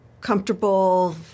comfortable